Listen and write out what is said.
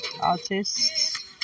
artists